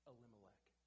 Elimelech